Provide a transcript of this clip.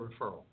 referral